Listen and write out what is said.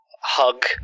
hug